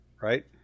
right